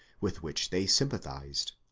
with which they sympa thized.